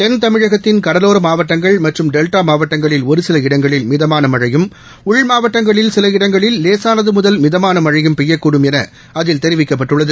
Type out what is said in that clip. தென்தமிழகத்தின் கடலோர மாவட்டங்கள் மற்றும் டெல்டா மாவட்டங்களில் ஒரு சில இடங்களில் மிதமான மழையும் உள்மாவட்டங்களில் சில இடங்களில் லேசானது முதல் மிதமான மழையும் பெய்யக்கூடும் என அதில் தெரிவிக்கப்பட்டுள்ளது